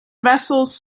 vessels